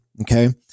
okay